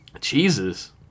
Jesus